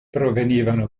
provenivano